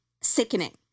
sickening